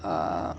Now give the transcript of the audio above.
uh